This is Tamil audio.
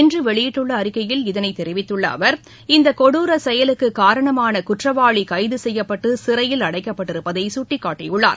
இன்று வெளியிட்டுள்ள அறிக்கையில் இதனை தெரிவித்துள்ள அவர் இந்த கொடூர செயலுக்கு காரணமான குற்றவாளி கைது செய்யப்பட்டு சிறையில் அடைக்கப்பட்டிருப்பதை சுட்டிக்காட்டியுள்ளார்